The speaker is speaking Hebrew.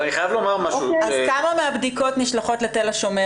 אז כמה מהבדיקות נשלחות לתל השומר,